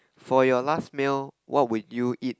for your last meal what would you eat